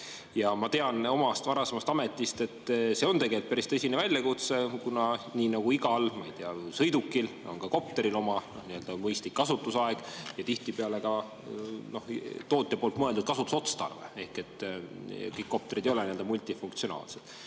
Ma tean oma varasema ameti kaudu, et see on tegelikult päris tõsine väljakutse, kuna nii nagu igal sõidukil on ka kopteril oma mõistlik kasutusaeg ja tihtipeale ka tootja määratud kasutusotstarve – kõik kopterid ei ole multifunktsionaalsed.